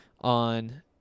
on